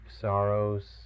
sorrows